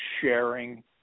sharing